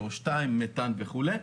2CO. מתאן וכולי.